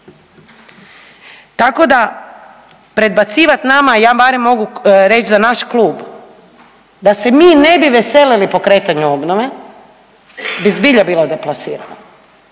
Tako da predbacivat nama ja barem mogu reć za naš klub da se ne bi mi veselili pokretanju obnove bi zbilja bilo deplasirano